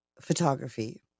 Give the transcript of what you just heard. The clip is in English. photography